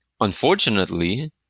unfortunately